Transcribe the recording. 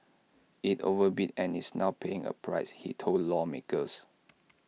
IT overbid and is now paying A price he told lawmakers